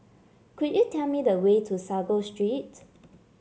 could you tell me the way to Sago Street